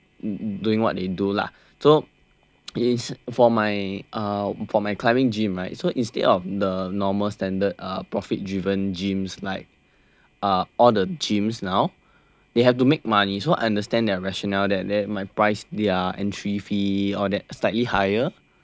doing what they do lah so is for my for my climbing gym right so instead of the normal standard uh profit driven gyms like uh all the gyms now they have to make money so I understand their rationale that that they might price their entry fee all that slightly higher